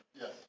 Yes